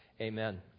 Amen